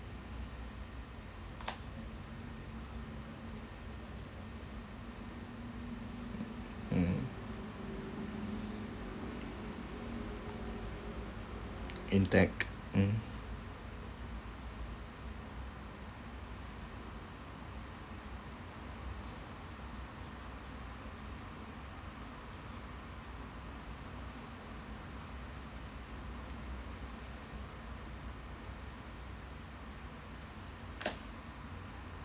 mm intact mm